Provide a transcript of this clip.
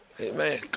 Amen